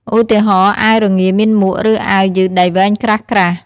ឧទាហរណ៍ អាវរងាមានមួក ឬអាវយឺតដៃវែងក្រាស់ៗ។